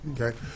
Okay